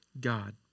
God